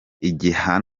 riba